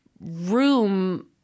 room